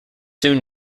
soon